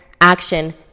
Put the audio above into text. action